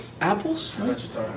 Apples